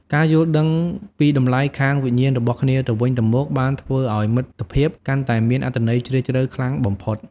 ការយល់ដឹងពីតម្លៃខាងវិញ្ញាណរបស់គ្នាទៅវិញទៅមកបានធ្វើឱ្យមិត្តភាពកាន់តែមានអត្ថន័យជ្រាលជ្រៅខ្លាំងបំផុត។